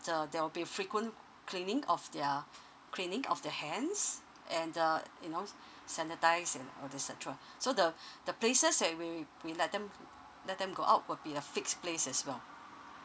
the there will be frequent cleaning of their cleaning of their hands and err you know sanitise ya all these et cetera so the the places that we we let them let them go out will be a fix place as well